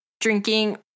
drinking